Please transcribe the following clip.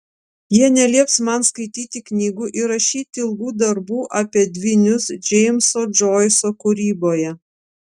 jie nelieps man skaityti knygų ir rašyti ilgų darbų apie dvynius džeimso džoiso kūryboje